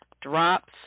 Drops